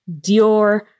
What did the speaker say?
dior